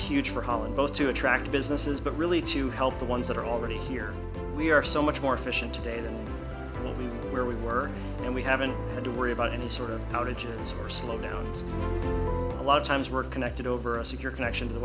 holland both to attract businesses but really to help the ones that are already here we are so much more efficient today than where we were and we haven't had to worry about any sort of outages or slowdowns a lot of times we're connected over a secure connection to the